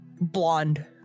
blonde